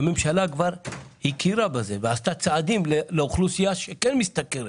הרי הממשלה כבר הכירה בזה ועשתה צעדים לטובת אוכלוסייה שכן משתכרת